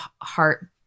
heart